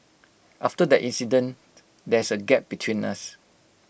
after that incident there's A gap between us